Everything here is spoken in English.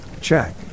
check